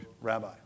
rabbi